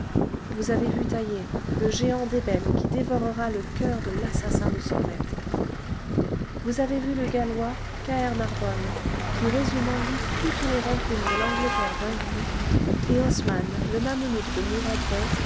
vous avez vu taïeh le géant d'ébène qui dévorera le coeur de l'assassin de son maître vous avez vu le gallois kaërnarvon qui résume en lui toutes les rancunes de l'angleterre vaincue et osman le mameluk de